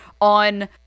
on